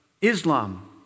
Islam